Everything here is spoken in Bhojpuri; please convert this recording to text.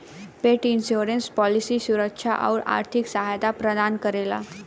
पेट इनश्योरेंस पॉलिसी सुरक्षा आउर आर्थिक सहायता प्रदान करेला